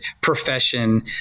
profession